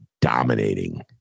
dominating